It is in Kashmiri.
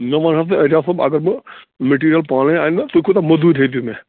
مےٚ ون حظ ژٕ ایجاز صٲب اگر بہٕ مٹیٖرل پانَے اَنہٕ تۄہہِ کوٗتاہ موٚزوٗر ہیٚیِو مےٚ